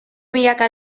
milaka